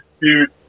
dude